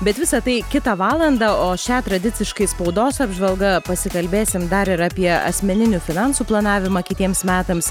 bet visa tai kitą valandą o šia tradiciškai spaudos apžvalga pasikalbėsim dar ir apie asmeninių finansų planavimą kitiems metams